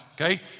okay